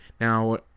Now